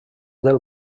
del